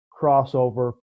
crossover